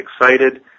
excited